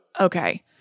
Okay